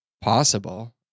possible